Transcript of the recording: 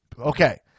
Okay